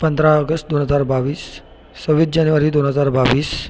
पंधरा ऑगस्ट दोन हजार बावीस सव्वीस जानेवारी दोन हजार बावीस